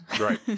right